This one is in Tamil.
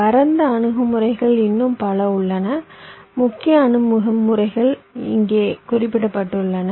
பரந்த அணுகுமுறைகள் இன்னும் பல உள்ளன முக்கிய அணுகுமுறைகள் இங்கே குறிப்பிட்டுள்ளன